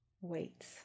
Wait